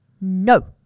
No